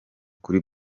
kuri